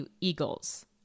eagles